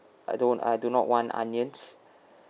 I don't I do not want onions